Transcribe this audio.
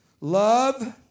Love